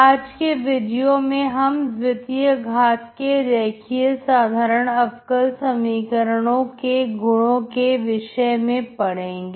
आज के वीडियो में हम द्वितीय घाट के रेखीय साधारण अबकल समीकरणों के गुणों के विषय में पड़ेंगे